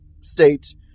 state